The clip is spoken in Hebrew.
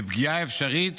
ופגיעה אפשרית